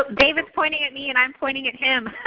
david's pointing at me and i'm pointing at him.